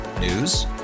News